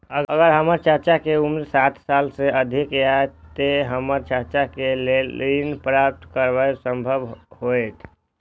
अगर हमर चाचा के उम्र साठ साल से अधिक या ते हमर चाचा के लेल ऋण प्राप्त करब संभव होएत?